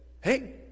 Hey